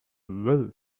will